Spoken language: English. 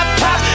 pop